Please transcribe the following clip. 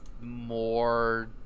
more